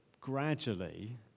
gradually